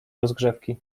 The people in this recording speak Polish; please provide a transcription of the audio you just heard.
rozgrzewki